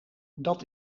dat